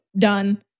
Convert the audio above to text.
Done